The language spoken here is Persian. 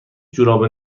جوراب